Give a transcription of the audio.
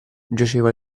giaceva